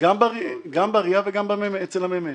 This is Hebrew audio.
גם ב-RIA וגם אצל הממ"מ.